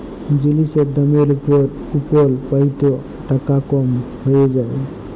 জিলিসের দামের উপর কুপল পাই ত টাকা কম হ্যঁয়ে যায়